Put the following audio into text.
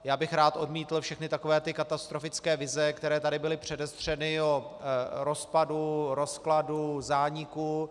Já bych rád odmítl všechny takové ty katastrofické vize, které tady byly předestřeny o rozpadu, rozkladu, zániku.